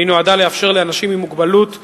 והיא נועדה לאפשר לאנשים עם מוגבלות לממש,